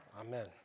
amen